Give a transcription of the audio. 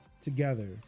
together